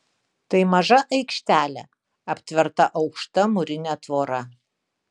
tai maža aikštelė aptverta aukšta mūrine tvora